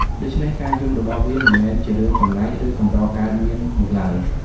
ដូច្នេះ ការយំរបស់វាមិនមែនជារឿងចម្លែក ឬកម្រកើតមាននោះឡើយ។